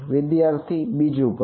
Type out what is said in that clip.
વિદ્યાર્થી બીજું પદ